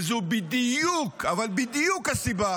וזו בדיוק, אבל בדיוק, הסיבה